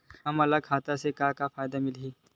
हमन ला खाता से का का फ़ायदा मिलही?